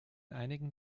einigen